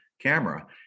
camera